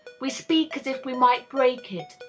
we speak as if we might break it,